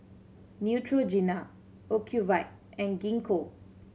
Neutrogena Ocuvite and Gingko